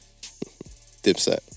dipset